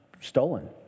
stolen